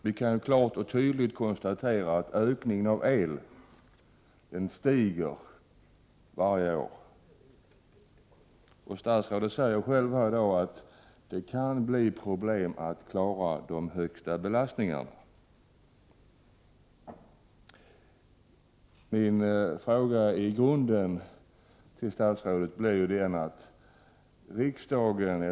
Vi kan klart och tydligt konstatera att användningen av el stiger varje år. Statsrådet säger själv att det kan bli problem att klara de högsta belastningarna.